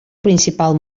principal